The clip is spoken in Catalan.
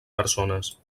persones